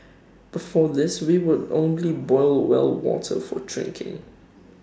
before this we would only boil well water for drinking